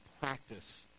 practice